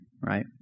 right